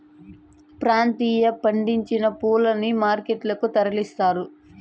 ప్రాంతీయంగా పండించిన పూలని మార్కెట్ లకు తరలిస్తారు